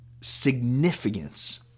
significance